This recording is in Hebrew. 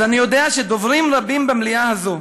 אני יודע שדוברים רבים במליאה הזאת,